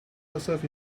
herself